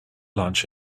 lunch